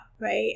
right